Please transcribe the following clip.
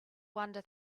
wander